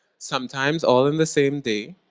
sometimes all in the same day.